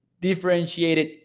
differentiated